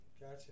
gotcha